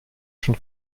schon